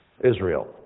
Israel